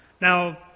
Now